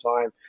time